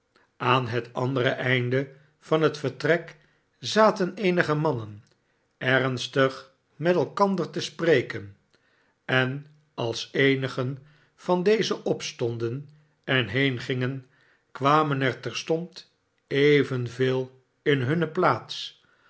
aan het andere einde van het vertrek zaten eenige mannen ernstig met elkander te spreken en als eenigen van dezen opstonden en n eng j ngeil i kwamen er terstond evenveel in hunne plaats